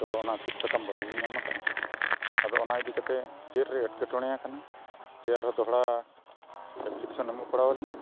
ᱛᱳ ᱚᱱᱟ ᱥᱤᱫ ᱥᱟᱠᱟᱢ ᱵᱟᱝᱞᱤᱧ ᱧᱟᱢ ᱟᱠᱟᱫᱼᱟ ᱟᱫᱚ ᱚᱱᱟ ᱤᱫᱤ ᱠᱟᱛᱮᱫ ᱪᱮᱫᱨᱮ ᱮᱴᱠᱮᱴᱚᱬᱮ ᱟᱠᱟᱱᱟ ᱪᱮ ᱟᱨᱦᱚᱸ ᱫᱚᱦᱲᱟ ᱮᱢᱚᱜ ᱯᱟᱲᱟᱣ ᱟᱹᱞᱤᱧᱟ